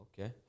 Okay